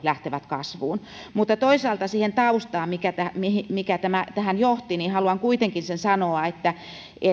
lähtevät kasvuun toisaalta siitä taustasta mikä tähän johti haluan kuitenkin sen sanoa että